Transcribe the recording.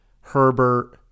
Herbert